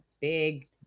big